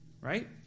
right